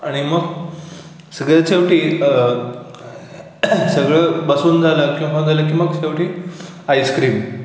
आणि मग सगळ्यात शेवटी सगळं बसून झालं किंवा झालं की मग शेवटी आईस्क्रीम